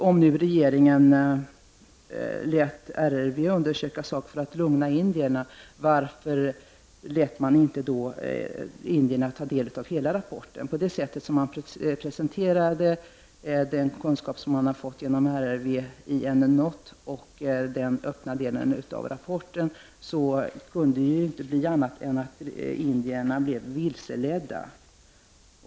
Om nu regeringen lät RRV undersöka saken i syfte att lugna indierna, kan man fråga sig varför man inte lät indierna ta del av hela rapporten. Som man nu presenterar den kunskap som man fått genom RRV +— genom en not och den öppna delen av rapporten — kunde resultatet inte bli något annat än att indierna blev vilseledda.